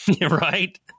Right